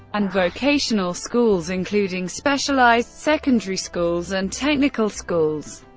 and vocational schools, including specialized secondary schools and technical schools.